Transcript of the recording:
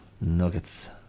nuggets